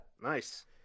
nice